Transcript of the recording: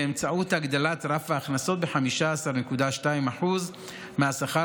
באמצעות הגדלת רף ההכנסות ב-15.2% מהשכר